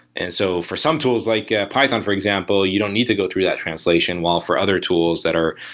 and so for some tools, like python, for example, you don't need to go through that translation. while for other tools that are,